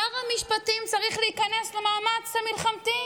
שר המשפטים צריך להיכנס למאמץ המלחמתי.